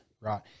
right